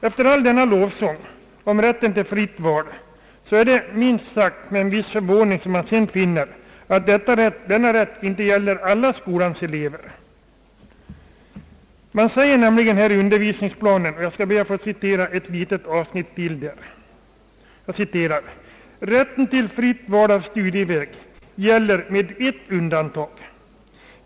Efter all denna lovsång om rätten till ett fritt val är det minst sagt med en viss förvåning man sedan finner, att denna rätt inte gäller alla skolans elever. Det heter nämligen i undervisningsplanen — jag ber att få citera ännu ett litet avsnitt ur den: »Rätten till fritt val av studieväg gäller med ett undantag.